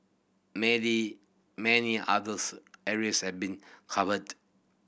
many many others areas have been covered